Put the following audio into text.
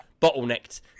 bottlenecked